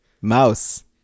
Mouse